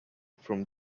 from